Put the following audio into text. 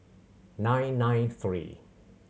nine nine three